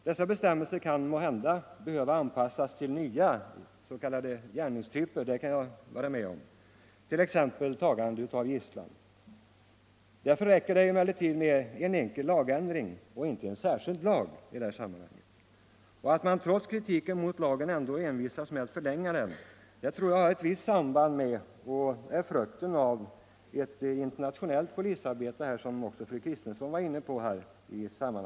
Dessa bestämmelser kan måhända behöva anpassas till nya s.k. gärningstyper — det kan jag hålla med om — t.ex. tagande av gisslan. Därför räcker det emellertid med en enkel lagändring, och det behövs inte en särskild lag i detta sammanhang. Att man trots kritiken mot lagen envisas med att förlänga den tror jag är frukten av ett internationellt polisarbete, något som också fru Kristensson var inne på.